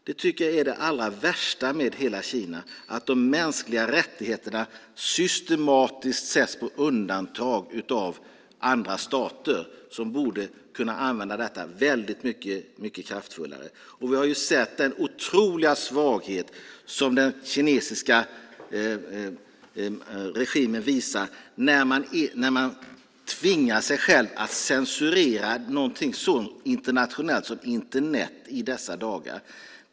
Det tycker jag är det allra värsta med hela Kina, att de mänskliga rättigheterna systematiskt sätts på undantag av andra stater som borde kunna använda detta väldigt mycket kraftfullare. Vi har ju sett den otroliga svaghet som den kinesiska regimen visar när man tvingar sig själv att censurera någonting så internationellt som Internet i dessa dagar.